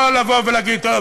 לא לבוא ולהגיד: טוב,